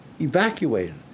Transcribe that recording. evacuated